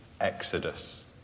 exodus